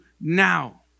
now